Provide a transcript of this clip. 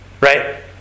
Right